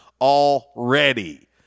already